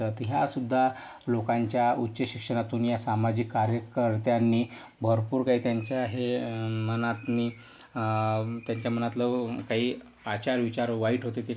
तर ह्या सुद्धा लोकांच्या उच्च शिक्षणातून या सामाजिक कार्यकर्त्यांनी भरपूर काही त्यांच्या हे मनातनी त्यांच्या मनातलं काही आचारविचार वाईट होते